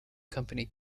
company